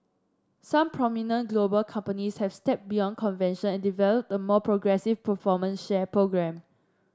some prominent global companies have stepped beyond convention and developed a more progressive performance share programme